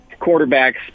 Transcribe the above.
quarterbacks